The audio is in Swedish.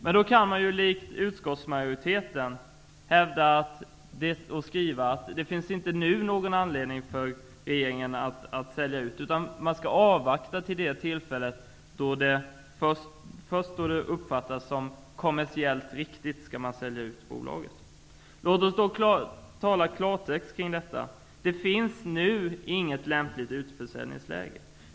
Men då kan man ju, i likhet med utskottsmajoriteten, hävda att det inte nu finns någon anledning för regeringen att göra en utförsäljning, utan att man skall avvakta det tillfälle då det först skulle uppfattas som kommersiellt riktigt att sälja ut bolaget. Låt oss då tala i klartext kring detta. Det finns nu inget lämpligt utförsäljningsläge.